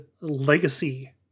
Legacy